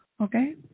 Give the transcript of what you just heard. Okay